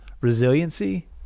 resiliency